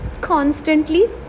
constantly